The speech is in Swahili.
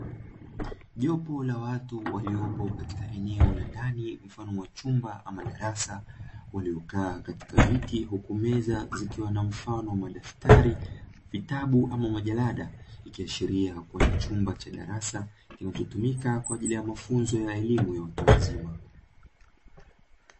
Jopo la watu waliopo katika eneo la ndani mfano wa chumba ama darasa, waliokaa katika viti, huku meza zikiwa na mfano wa madaftari, vitabu ama majarada, ikiashiria kuwa ni chumba cha darasa, kinachotumika Kwa ajili ya mafunzo ya elimu ya watu wazima.